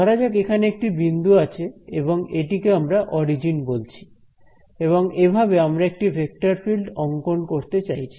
ধরা যাক এখানে একটি বিন্দু আছে এবং এটিকে আমরা অরিজিন বলছি এবং এভাবে আমরা একটি ভেক্টর ফিল্ড অংকন করতে চাইছি